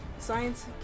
Science